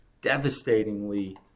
devastatingly